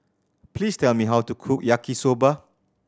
please tell me how to cook Yaki Soba